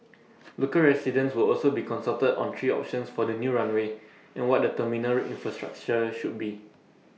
local residents will also be consulted on three options for the new runway and what the terminal infrastructure should be